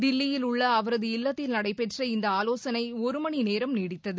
தில்லியில் உள்ள அவரது இல்லத்தில் நடைபெற்ற இந்த ஆலோசனை ஒருமணி நேரம் நீடித்தது